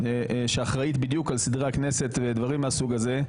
שאחראית על סדרי הכנסת ודברים מהסוג הזה,